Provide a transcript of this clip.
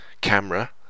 camera